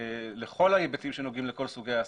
לכל ההיבטים שנוגעים לכל סוגי העסקים,